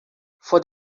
for